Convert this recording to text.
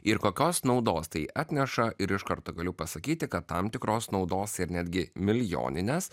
ir kokios naudos tai atneša ir iš karto galiu pasakyti kad tam tikros naudos ir netgi milijoninės